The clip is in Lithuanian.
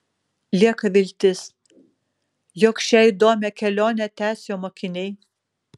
lieka viltis jog šią įdomią kelionę tęs jo mokiniai